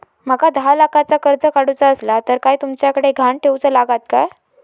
माका दहा लाखाचा कर्ज काढूचा असला तर काय तुमच्याकडे ग्हाण ठेवूचा लागात काय?